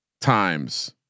times